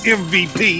mvp